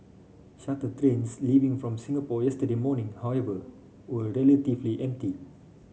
shuttle trains leaving from Singapore yesterday morning however were relatively empty